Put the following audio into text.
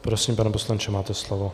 Prosím, pane poslanče, máte slovo.